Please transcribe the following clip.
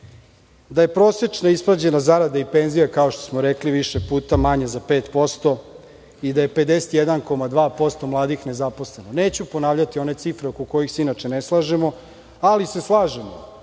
da je prosečna isplaćena zarada i penzija, kao što smo rekli, više puta manja za 5% i da je 51,2 mladih nezaposleno. Neću ponavljati one cifre oko kojih se inače ne slažemo. Ali se slažemo